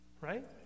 Right